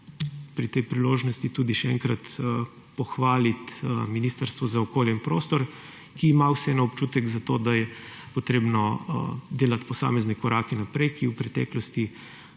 pri tej priložnosti tudi še enkrat pohvaliti Ministrstvo za okolje in prostor, ki ima vseeno občutek za to, da je treba delati posamezne korake naprej, ki v preteklosti